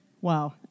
wow